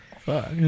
Fuck